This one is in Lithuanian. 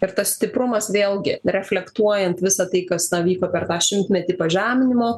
ir tas stiprumas vėlgi reflektuojant visa tai kas na vyko per tą šimtmetį pažeminimo